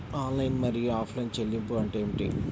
Online మరియు offline చెల్లింపులు అంటే ఏమిటి?